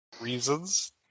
reasons